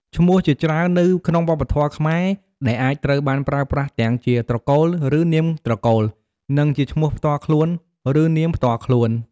ឈ្មោះជាច្រើននៅក្នុងវប្បធម៌ខ្មែរ ដែលអាចត្រូវបានប្រើប្រាស់ទាំងជា ត្រកូល ឬ នាមត្រកូល និង ជាឈ្មោះផ្ទាល់ខ្លួន ឬនាមផ្ទាល់ខ្លួន។